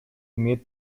имеет